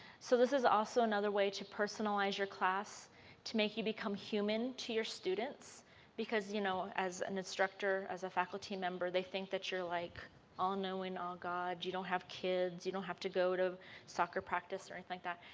so this is also another way to personalize your class to make you become human to your students because you know as an instructor, as a faculty member they think that you're like all knowing or god you don't have kids, you don't have to go to soccer practice or anything and like that.